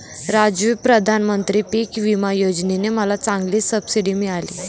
राजू प्रधानमंत्री पिक विमा योजने ने मला चांगली सबसिडी मिळाली